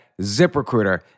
ZipRecruiter